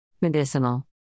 Medicinal